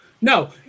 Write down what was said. No